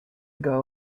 ago